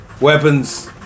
Weapons